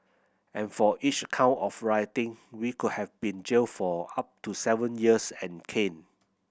and for each count of rioting we could have been jailed for up to seven years and caned